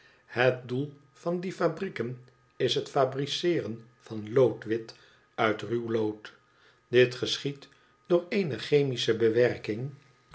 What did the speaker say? het doel van die fabrieken is het fabricceren van loodwit uit ruw lood dit geschiedt door eene chemische bewerking